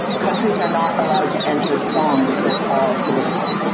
countries are not allowed to enter songs that are political.